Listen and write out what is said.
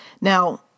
Now